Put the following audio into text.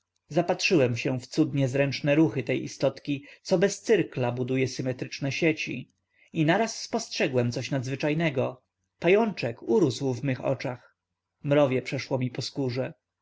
zapatrzyłem się w cudnie zręczne ruchy tej istotki co bez cyrkla buduje symetryczne sieci i naraz spostrzegłem coś nadzwyczajnego pajączek urósł w mych oczach mrowie przeszło mi po skórze